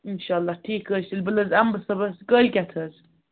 اِنشاء اللہ ٹھیٖک حظ چھُ بہٕ نہٕ حظ یِمبہٕ صُبحَس کٲلۍکٮ۪تھ حظ